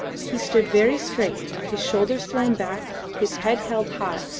he stood very straight, his shoulders thrown back, his head held high,